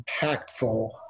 impactful